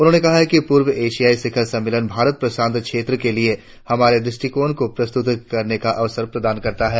उन्होने कहा कि पूर्व एशिया शिखर सम्मेलन भारत प्रशांत क्षेत्र के लिए हमारे दृष्टिकोण को प्रस्तुत करने का अवसर प्रदान करता है